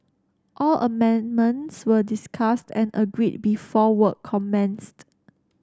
all amendments were discussed and agreed before work commenced